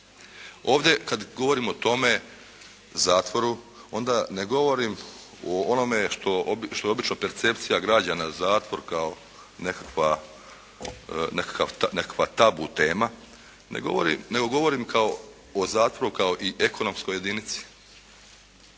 Ovdje kada govorimo o tome zatvoru, onda ne govorim o onome što obična percepcija građana, zatvor kao nekakva tabu tema, nego govorim o zatvoru kao i ekonomskoj jedinici,